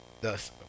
thus